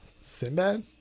Sinbad